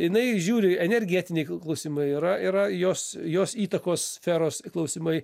jinai žiūri energetiniai kl klausimai yra yra jos jos įtakos sferos klausimai